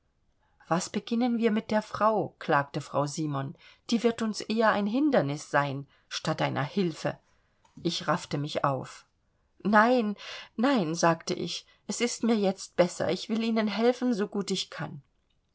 was beginnen wir mit der frau klagte frau simon die wird uns eher ein hindernis sein statt einer hilfe ich raffte mich auf nein nein sagte ich es ist mir jetzt besser ich will ihnen helfen so gut ich kann